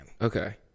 Okay